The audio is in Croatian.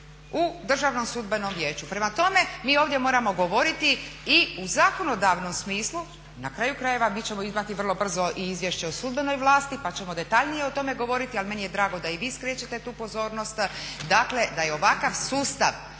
u državnom sudbenom vijeću. Prema tome, mi ovdje moramo govoriti i u zakonodavnom smislu, na kraju krajeva mi ćemo imati vrlo brzo i izvješće o sudbenoj vlasti pa ćemo detaljnije o tome govoriti ali meni je drago da i vi skrećete tu pozornost, dakle da je ovakav sustav